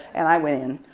and i went in.